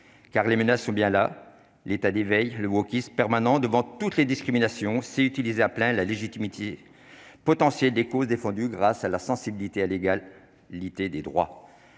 car les menaces sont bien là l'état d'éveil le bloquiste permanent devant toutes les discriminations, c'est utiliser à plein la légitimité potentiel des causes défendues grâce à la sensibilité à l'égal l'idée des droits,